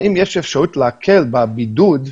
האם יש אפשרות להקל בבידוד?